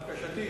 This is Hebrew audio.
בקשתי,